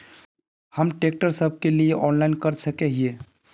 हम ट्रैक्टर सब के लिए ऑनलाइन कर सके हिये?